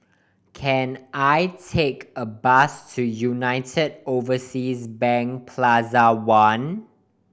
can I take a bus to United Overseas Bank Plaza One